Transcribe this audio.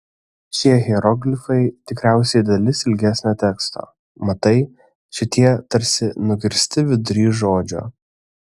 šie hieroglifai tikriausiai dalis ilgesnio teksto matai šitie tarsi nukirsti vidury žodžio